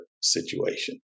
situation